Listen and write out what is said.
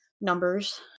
numbers